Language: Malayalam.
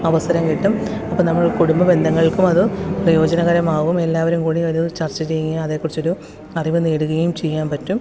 അവസരം കിട്ടും അപ്പം നമ്മള് കുടുംബ ബന്ധങ്ങൾക്ക് അത് പ്രയോജനകരമാകും എല്ലാവരും കൂടി ഒരു ചർച്ച ചെയ്യുക അതേകുറിച്ചൊരു അറിവ് നേടുകയും ചെയ്യാൻ പറ്റും